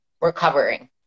recovering